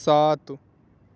سات